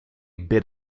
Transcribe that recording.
bit